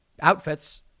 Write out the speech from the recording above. outfits